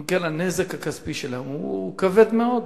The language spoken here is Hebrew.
אם כן, הנזק הכספי שלהם הוא כבד מאוד.